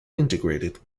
integrated